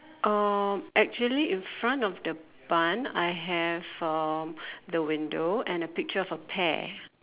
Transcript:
uh actually in front of the bun I have uh the window and a picture of a pear